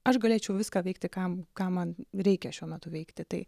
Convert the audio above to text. aš galėčiau viską veikti ką ką man reikia šiuo metu veikti tai